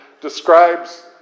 describes